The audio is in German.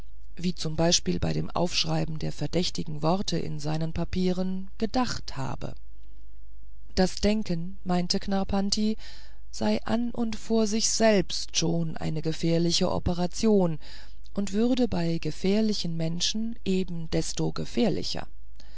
wie z b bei dem aufschreiben der verdächtigen worte in seinen papieren gedacht habe das denken meinte knarrpanti sei an und vor sich selbst schon eine gefährliche operation und würde bei gefährlichen menschen eben desto gefährlicher